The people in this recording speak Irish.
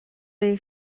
léi